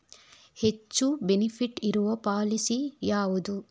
ಹೆಚ್ಚು ಬೆನಿಫಿಟ್ ಇರುವ ಪಾಲಿಸಿ ಯಾವುದು?